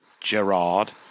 Gerard